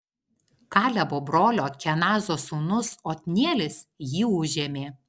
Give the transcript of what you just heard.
kalebo brolio kenazo sūnus otnielis jį užėmė